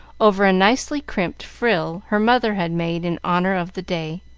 over a nicely crimped frill her mother had made in honor of the day.